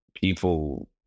people